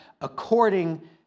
according